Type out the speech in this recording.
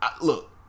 look